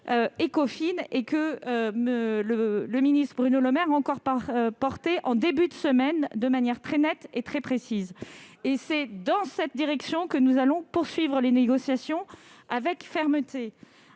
et financières (Écofin). Bruno Le Maire l'a encore porté en début de semaine de manière très nette et très précise. Très bien ! C'est dans cette direction que nous allons poursuivre les négociations avec fermeté,